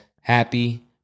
happy